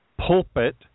pulpit